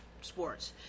sports